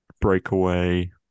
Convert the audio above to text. breakaway